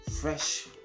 fresh